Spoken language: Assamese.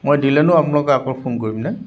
মই দিলেনো আপোনাক আকৌ ফোন কৰিমনে